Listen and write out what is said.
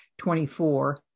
24